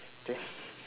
okay